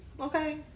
okay